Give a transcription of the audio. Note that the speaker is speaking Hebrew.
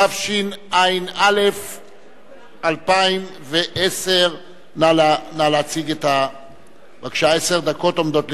התש"ע 2009. בבקשה, עשר דקות עומדות לרשותך,